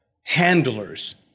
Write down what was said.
handlers